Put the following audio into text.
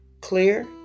clear